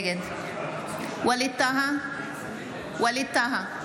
נגד ווליד טאהא,